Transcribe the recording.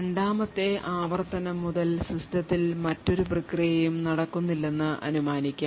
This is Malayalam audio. രണ്ടാമത്തെ ആവർത്തനം മുതൽ സിസ്റ്റത്തിൽ മറ്റൊരു പ്രക്രിയയും നടക്കുന്നില്ലെന്ന് അനുമാനിക്കാം